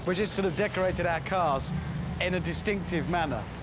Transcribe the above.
but just sort of decorated our cars in a distinctive manner.